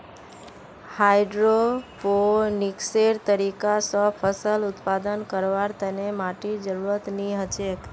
हाइड्रोपोनिक्सेर तरीका स फसल उत्पादन करवार तने माटीर जरुरत नी हछेक